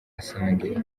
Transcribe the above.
assange